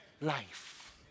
Life